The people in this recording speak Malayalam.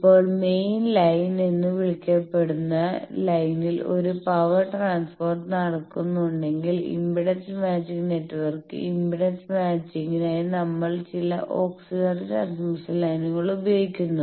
ഇപ്പോൾ മെയിൻ ലൈൻ എന്ന് വിളിക്കപ്പെടുന്ന ലൈനിൽ ഒരു പവർ ട്രാൻസ്പോർട്ട് നടക്കുന്നുണ്ടെങ്കിൽ ഇംപെഡൻസ് മാച്ചിംഗ് നെറ്റ്വർക്ക് ഇംപെഡൻസ് മാച്ചിങ്നായി നമ്മൾ ചില ഓക്സിലറി ട്രാൻസ്മിഷൻ ലൈനുകൾ ഉപയോഗിക്കുന്നു